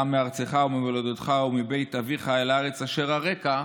מארצך וממולדתך ומבית אביך אל הארץ אשר אראך",